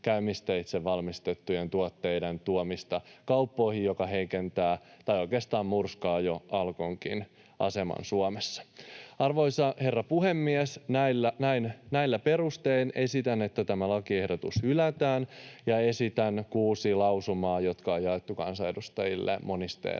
käymisteitse valmistettujen tuotteiden tuomista kauppoihin, mikä heikentää, tai oikeastaan murskaa, jo Alkonkin asemaa Suomessa. Arvoisa herra puhemies! Näillä perustein esitän, että tämä lakiehdotus hylätään, ja esitän kuusi lausumaa, jotka on jaettu kansanedustajille monisteena